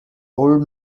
old